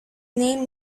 name